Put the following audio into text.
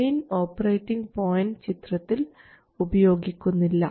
drain operating point ചിത്രത്തിൽ ഉപയോഗിക്കുന്നില്ല